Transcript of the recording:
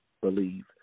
believe